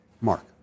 mark